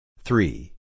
Three